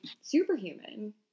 superhuman